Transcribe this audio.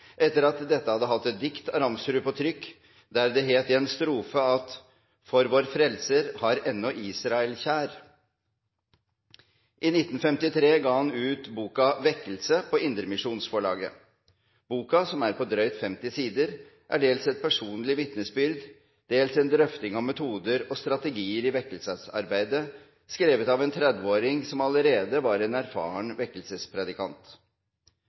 etter at dette hadde hatt et dikt av Ramsrud på trykk, der det het i en strofe at «For vår frelser har ennå Israel kjær». I 1953 ga han ut boken «Vekkelse» på Indremisjonsforlaget. Boken som er på drøyt 50 sider, er dels et personlig vitnesbyrd, dels en drøfting av metoder og strategier i vekkelsesarbeidet skrevet av en 30-åring som allerede var en erfaren vekkelsespredikant.